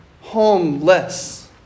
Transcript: homeless